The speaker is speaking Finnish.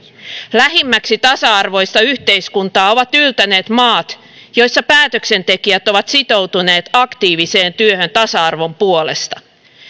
lähimmäksi tasa arvoista yhteiskuntaa ovat yltäneet maat joissa päätöksentekijät ovat sitoutuneet aktiiviseen työhön tasa arvon puolesta